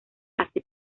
hace